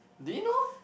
do you know